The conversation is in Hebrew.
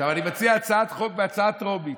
אני מציג הצעת חוק בקריאה טרומית,